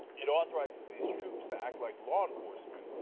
it authorizes these troops to act like law enforcement,